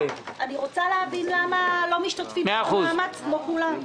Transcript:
אני רוצה להבין למה לא משתתפים במאמץ כמו כולם.